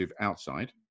outside